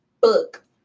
book